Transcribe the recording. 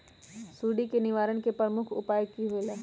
सुडी के निवारण के प्रमुख उपाय कि होइला?